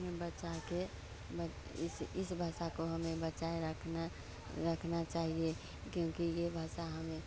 हमें बचाकर ब इस इस भाषा को हमें बचाए रखना रखना चाहिए क्योंकि यह भाषा हमें